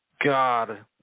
God